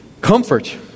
Comfort